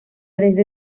desde